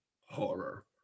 horror